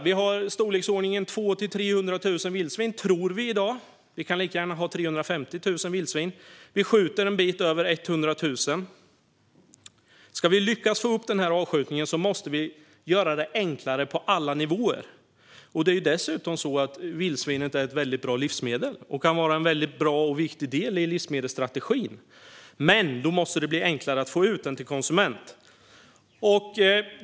Vi har i storleksordningen 200 000-300 000 vildsvin i dag, tror vi. Vi kan lika gärna ha 350 000 vildsvin. Vi skjuter en bit över 100 000. Om vi ska lyckas få upp avskjutningen måste vi göra det enklare på alla nivåer. Vildsvinet är dessutom ett väldigt bra livsmedel. Det kan vara en bra och viktig del i livsmedelsstrategin, men då måste det bli enklare att få ut det till konsument.